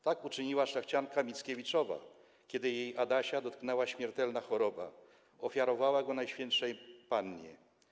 Tak uczyniła szlachcianka Mickiewiczowa, kiedy jej Adasia dotknęła śmiertelna choroba - ofiarowała go Najświętszej Pannie.